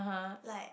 like